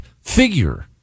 figure